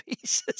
pieces